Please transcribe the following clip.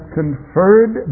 conferred